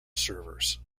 servers